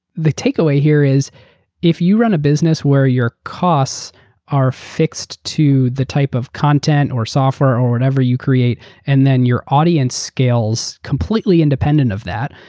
the takeaway here is if you run a business where your costs are fixed to the type of content or software or whatever you create and then your audience scales, completely independent of that.